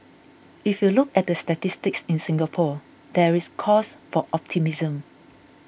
if you look at the statistics in Singapore there is cause for optimism